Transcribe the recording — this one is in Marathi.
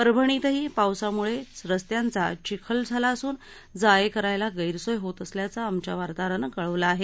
परभणीतही पावसामुळे रस्त्यांचा चिखल झाला असून जा ये करायला गैरसोय होत असल्याचं आमच्या वार्ताहरानं कळवलं आहे